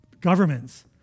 governments